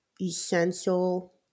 essential